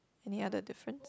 any other difference